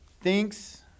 Thinks